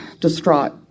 distraught